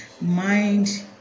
mind